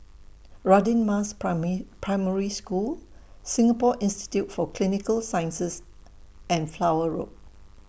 Radin Mas Primary School Singapore Institute For Clinical Sciences and Flower Road